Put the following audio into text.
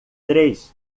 três